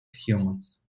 humans